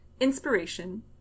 Inspiration